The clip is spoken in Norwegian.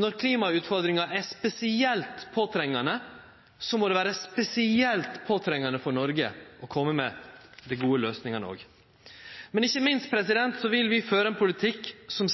når klimautfordringa er spesielt påtrengjande, så må det vere spesielt påtrengjande for Noreg å kome med dei gode løysingane. Men ikkje minst så vil vi føre ein politikk som